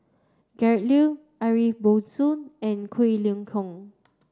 Liu Ariff Bongso and Quek Ling Kiong